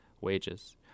wages